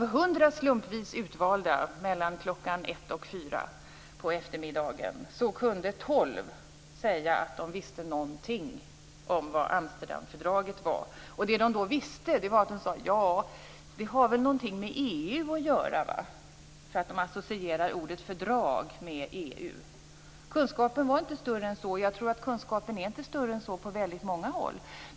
Av 100 slumpvis utvalda personer mellan klockan ett och fyra på eftermiddagen kunde tolv säga att de visste någonting om vad Amsterdamfördraget var. De visste att det hade någonting med EU att göra. De associerade ordet fördrag med EU. Kunskapen var inte större än så. Jag tror att kunskapen inte är större än så på väldigt många håll.